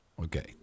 Okay